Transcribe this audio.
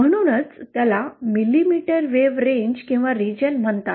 म्हणूनच त्याला millimetre wave range region म्हणतात